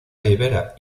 libera